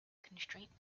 constraint